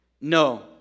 No